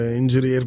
injury